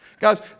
Guys